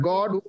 God